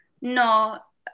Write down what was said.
No